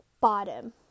bottom